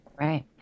Right